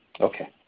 Okay